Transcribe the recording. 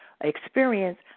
experience